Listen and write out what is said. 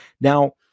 now